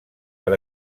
per